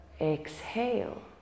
Exhale